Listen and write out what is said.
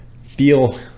feel